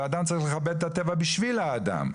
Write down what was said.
והאדם צריך לכבד את הטבע בשביל האדם.